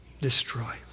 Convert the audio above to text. destroy